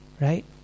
right